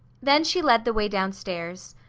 then she led the way downstairs.